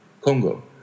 Congo